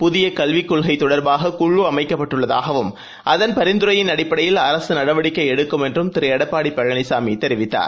புதிய கல்விக் கொள்கை தொடர்பாக குழு அமைக்கப்பட்டுள்ளதாகவும் அதன் பரிந்துரையின் அடிப்படையில் அரசு நடவடிக்கை எடுக்கும் என்றும் திரு எடப்பாடி பழனிசாமி தெரிவித்தார்